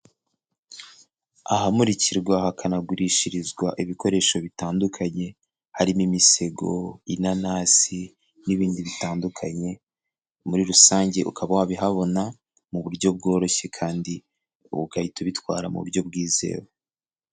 Ahamurikirwa hakanagurishirizwa ibikoresho bitandukanye harimo imisego, inanasi n'ibindi bitandukanye, muri rusange ukaba wabihabona mu buryo bworoshye kandi ugahita ubitwara mu buryo bwizewe.